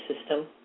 system